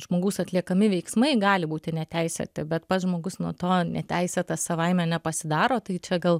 žmogaus atliekami veiksmai gali būti neteisėti bet pats žmogus nuo to neteisėtas savaime nepasidaro tai čia gal